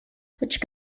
which